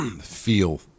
feel